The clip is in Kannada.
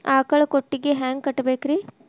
ಆಕಳ ಕೊಟ್ಟಿಗಿ ಹ್ಯಾಂಗ್ ಕಟ್ಟಬೇಕ್ರಿ?